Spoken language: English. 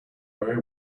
very